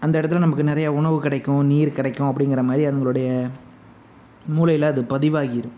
அந்த இடத்துல நமக்கு நிறையா உணவு கிடைக்கும் நீர் கிடைக்கும் அப்படிங்குறமாரி அதுங்களுடைய மூளையில் அது பதிவாகிரும்